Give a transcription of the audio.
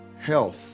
health